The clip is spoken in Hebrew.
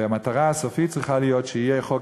והמטרה הסופית צריכה להיות שיהיה חוק